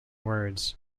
words